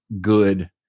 good